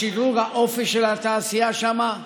לשדרוג האופי של התעשייה שם,